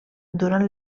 durant